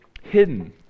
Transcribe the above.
hidden